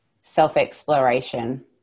self-exploration